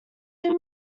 too